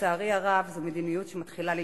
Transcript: לצערי הרב, זו מדיניות שמתחילה להשתרש,